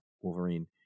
Wolverine